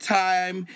time